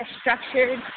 structured